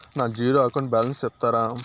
నా zero account balance సెప్తారా?